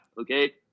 okay